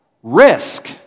Risk